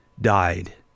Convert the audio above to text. died